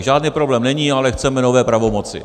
Žádný problém není, ale chceme nové pravomoci.